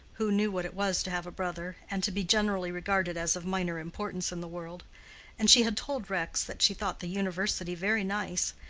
who knew what it was to have a brother, and to be generally regarded as of minor importance in the world and she had told rex that she thought the university very nice,